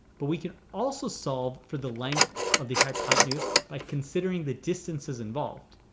but, we can also solve for the length of the hypotenuse by considering the distances involved.